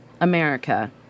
America